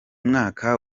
mwaka